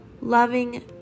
loving